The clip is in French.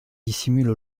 dissimule